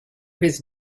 his